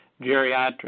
geriatrics